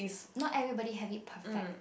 not everybody have it perfect